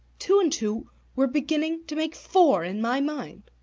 two and two were beginning to make four in my mind.